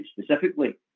specifically